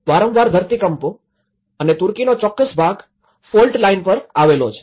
વારંવાર ધરતીકંપો અને તુર્કીનો ચોક્કસ ભાગ ફોલ્ટ લાઇન પર આવેલો છે